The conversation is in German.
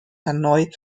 hanoi